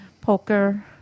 poker